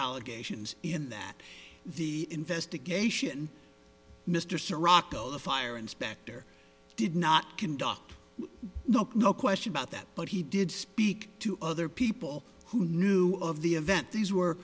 allegations in that the investigation mr serato the fire inspector did not conduct the no question about that but he did speak to other people who knew of the event these were